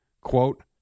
Quote